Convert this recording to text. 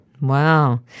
Wow